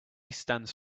stands